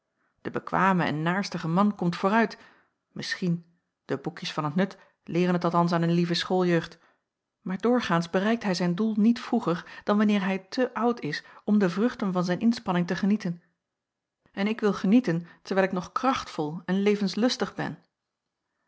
de bekwame en naarstige man komt vooruit misschien de boekjes van t nut leeren t althans aan de lieve schooljeugd maar doorgaans bereikt hij zijn doel niet vroeger dan wanneer hij te oud is om de vruchten van zijn inspanning te genieten en ik wil genieten terwijl ik nog krachtvol en levenslustig ben